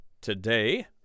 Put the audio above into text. today